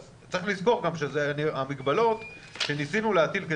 אז צריך לזכור גם שהמגבלות שניסינו להטיל,